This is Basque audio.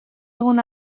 egon